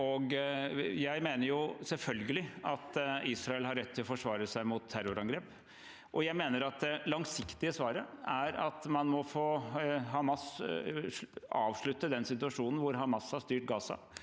Jeg mener selvfølgelig at Israel har rett til å forsvare seg mot terrorangrep, og jeg mener at det langsiktige svaret er at man må avslutte den situasjonen hvor Hamas har styrt Gaza.